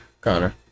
Connor